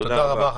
תודה רבה.